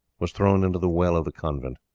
was thrown into the well of the convent.